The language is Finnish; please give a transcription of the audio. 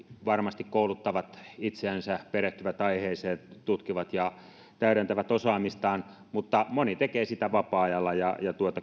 varmasti kouluttavat itseänsä perehtyvät aiheeseen tutkivat ja täydentävät osaamistaan mutta moni tekee sitä vapaa ajalla ja